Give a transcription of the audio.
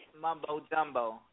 mumbo-jumbo